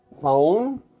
phone